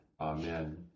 Amen